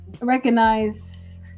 recognize